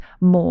more